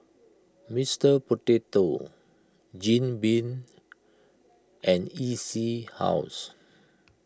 Mister Potato Jim Beam and E C House